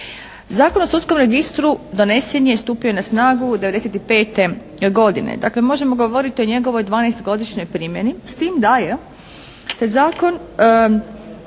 Zakon o sudskom registru donesen je i stupio na snagu '95. godine. Dakle možemo govoriti o njegovoj 12-godišnjoj primjeni, s tim da je